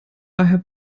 daher